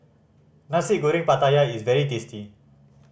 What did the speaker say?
Nasi Goreng Pattaya is very tasty